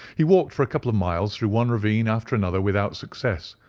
he walked for a couple of miles through one ravine after another without success,